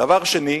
דבר שני,